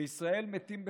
בישראל מתים בשנה,